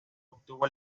obtuvo